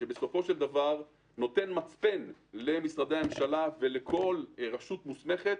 שבסופו של דבר נותן מצפן למשרדי הממשלה ולכל רשות מוסמכת,